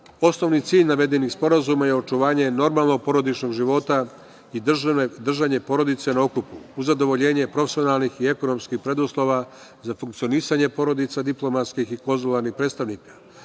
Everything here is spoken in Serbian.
cilj navedenih sporazuma je očuvanje normalnog porodičnog života i držanje porodice na okupu, uz zadovoljenje profesionalnih i ekonomskih preduslova za funkcionisanje porodica diplomatskih i konzularnih predstavnika.